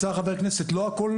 לא הכול